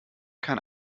kann